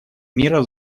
мира